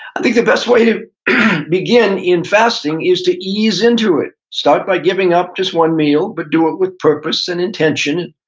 i think the best way to begin in fasting is to ease into it. start by giving up just one meal, but do it with purpose and intention.